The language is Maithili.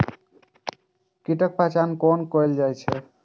कीटक पहचान कैना कायल जैछ?